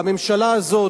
והממשלה הזאת,